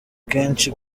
kenshi